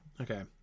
Okay